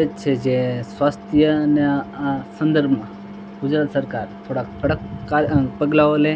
એ જ છે જે સ્વાસ્થ્યના સંદર્મમાં ગુજરાત સરકાર થોડાક કડક કા પગલાઓ લે